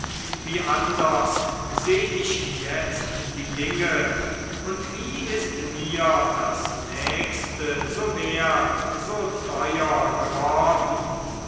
wie anders seh ich jetzt die dinge und wie ist mir das nächste so wert so teuer geworden